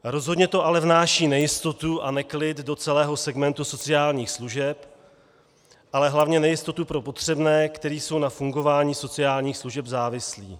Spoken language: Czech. Rozhodně to ale vnáší nejistotu a neklid do celého segmentu sociálních služeb, ale hlavně nejistotu pro potřebné, kteří jsou na fungování sociálních služeb závislí.